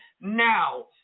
now